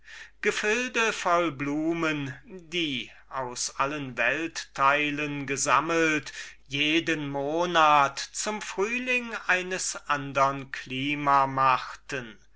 gefilde voll blumen die aus allen teilen der erde gesammelt jeden monat zum frühling eines andern klima machten